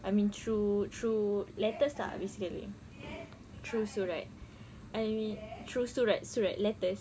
I mean through through letters ah basically through surat I mean through surat surat letters